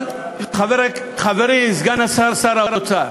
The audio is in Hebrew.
אבל חברי, סגן שר האוצר,